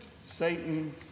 Satan